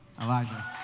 Elijah